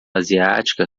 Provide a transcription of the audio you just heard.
asiática